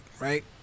Right